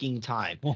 time